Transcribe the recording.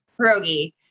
pierogi